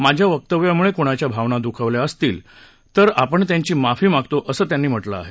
माझ्या वक्तव्यामुळे कुणाच्या भावना दुखावल्या गेल्या असतील तर आपण त्यांची माफी मागतो असं त्यांनी म्हटलं आहे